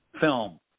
film